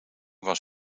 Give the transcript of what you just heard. was